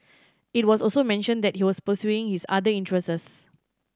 it was also mentioned that he was pursuing his other interests